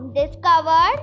discover